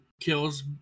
kills